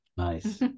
Nice